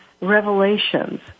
revelations